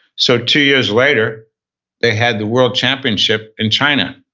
so two years later they had the world championship in china.